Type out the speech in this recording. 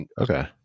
Okay